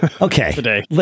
okay